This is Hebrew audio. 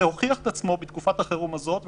זה הוכיח את עצמו בתקופת החירום הזאת,